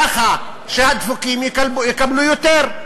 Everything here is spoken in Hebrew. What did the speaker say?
ככה שהדפוקים יקבלו יותר,